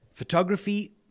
Photography